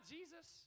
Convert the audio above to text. Jesus